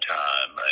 time